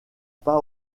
pas